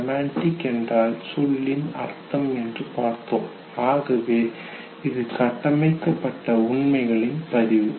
semantic என்றால் சொல்லின் அர்த்தம் என்று பார்த்தோம் ஆகவே இது கட்டமைக்கப்பட்ட உண்மைகளின் பதிவு